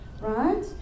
Right